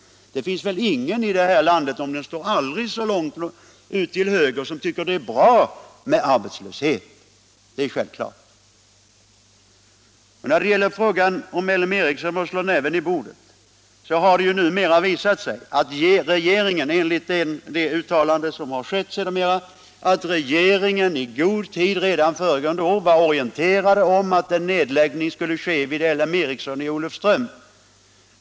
Det finns väl ingen i det här landet, om han står aldrig så långt ut till höger, som tycker det är bra med arbetslöshet. Men när det gäller frågan om LM Ericsson och att slå näven i bordet så har det ju nu visat sig att regeringen, enligt det uttalande som gjorts sedermera, i god tid redan föregående år var orienterad om att en nedläggning skulle ske vid LM Ericsson i Olofström.